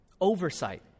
oversight